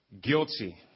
guilty